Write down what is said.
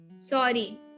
Sorry